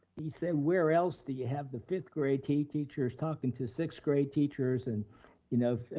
he said where else do you have the fifth grade teachers talking to sixth grade teachers, and you know ah